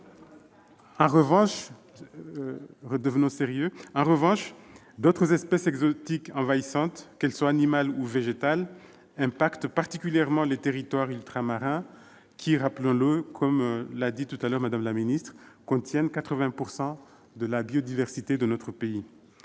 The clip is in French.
En revanche, d'autres espèces exotiques envahissantes, qu'elles soient animales ou végétales, impactent particulièrement les territoires ultramarins, qui, rappelons-le, comme l'a dit Mme la secrétaire d'État,